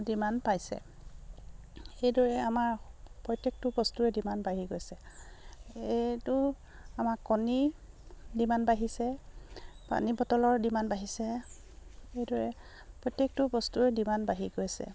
demand পাইছে এইদৰে আমাৰ প্ৰত্যেকটো বস্তুৰে ডিমাণ্ড বাঢ়ি গৈছে এইটো আমাৰ কণী ডিমাণ্ড বাঢ়িছে পানী বটলৰ ডিমাণ্ড বাঢ়িছে এইদৰে প্ৰত্যেকটো বস্তুৰে ডিমাণ্ড বাঢ়ি গৈছে